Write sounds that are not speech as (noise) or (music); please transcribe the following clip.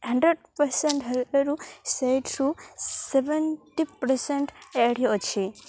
hundred ପର୍ସେଣ୍ଟ୍ରୁ (unintelligible) seventy percent ଏ଼ଠି ଅଛି